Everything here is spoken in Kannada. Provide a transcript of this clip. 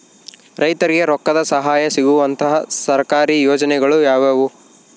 ರೈತರಿಗೆ ರೊಕ್ಕದ ಸಹಾಯ ಸಿಗುವಂತಹ ಸರ್ಕಾರಿ ಯೋಜನೆಗಳು ಯಾವುವು?